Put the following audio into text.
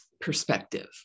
perspective